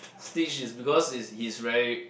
Stitch is because is he's very